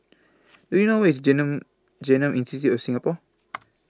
Do YOU know Where IS Genome Institute of Singapore